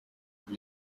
foto